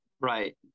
right